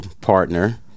partner